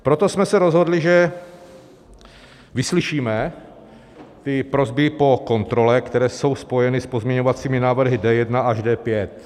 Proto jsme se rozhodli, že vyslyšíme prosby po kontrole, které jsou spojeny s pozměňovacími návrhy D1 až D5.